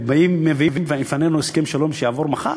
מביאים לפנינו הסכם שלום שיעבור מחר?